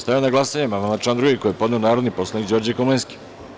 Stavljam na glasanje amandman na član 2. koji je podneo narodni poslanik Đorđe Komlenski.